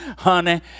Honey